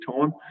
time